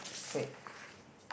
wait